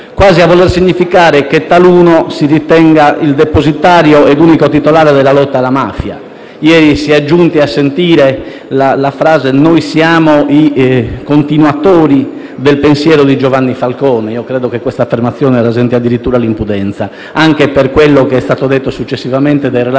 quasi a voler significare che taluno si ritenga il depositario e unico titolare della lotta alla mafia. Ieri si è giunti a sentire la frase: noi siamo i continuatori del pensiero di Giovanni Falcone. Io credo che tale affermazione rasenti addirittura l'impudenza, anche per quello che è stato detto successivamente dai miei